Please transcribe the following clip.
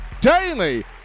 daily